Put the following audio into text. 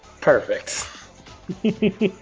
Perfect